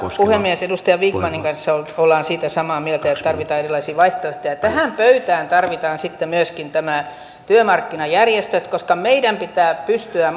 puhemies edustaja vikmanin kanssa ollaan siitä samaa mieltä että tarvitaan erilaisia vaihtoehtoja tähän pöytään tarvitaan sitten myöskin työmarkkinajärjestöt koska meidän pitää pystyä